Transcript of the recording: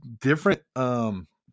different –